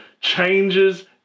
changes